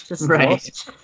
Right